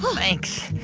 thanks.